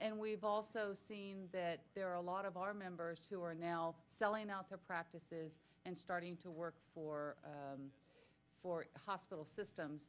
and we've also seen that there are a lot of our members who are now selling out their practice and starting to work for a hospital system